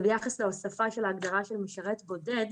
וביחס להוספה של ההגדרה של משרת בודד,